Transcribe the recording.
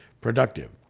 productive